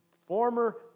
former